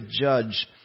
judge